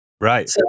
right